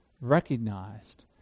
recognized